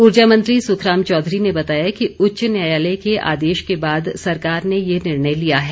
उर्जा मंत्री सुखराम चौधरी ने बताया कि उच्च न्यायालय के आदेश के बाद सरकार ने ये निर्णय लिया है